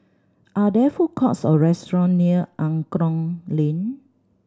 are there food courts or restaurant near Angklong Lane